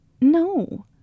no